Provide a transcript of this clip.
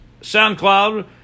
SoundCloud